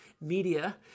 media